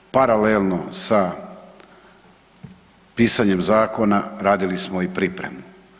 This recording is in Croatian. Paralelno sa pisanjem zakona, radili smo i pripremu.